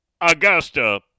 Augusta